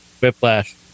Whiplash